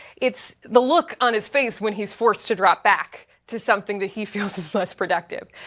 it's the look on his face when he's forced to drop back to something that he feels is less productive.